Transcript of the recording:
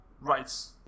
rights